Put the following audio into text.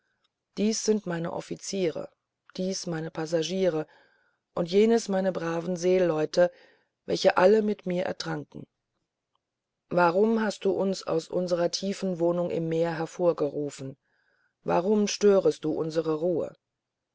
dies sind meine offiziere dies meine passagiere und jenes meine braven seeleute welche alle mit mir ertranken warum hast du uns aus unsern tiefen wohnungen im meere hervorgerufen warum störtest du unsere ruhe